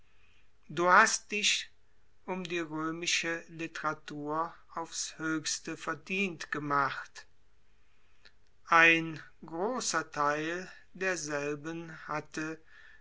du hast dich um die römische literatur auf's höchste verdient gemacht ein großer theil derselben hatte